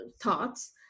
thoughts